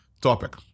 topic